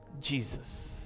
Jesus